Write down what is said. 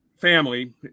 family